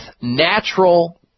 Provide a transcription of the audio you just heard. natural